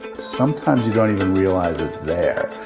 sometimes you don't even realize it's there.